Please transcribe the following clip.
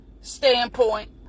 standpoint